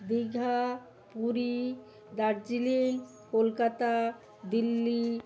Digha Puri Darjeeling Kolkata Delhi